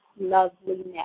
loveliness